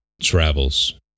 travels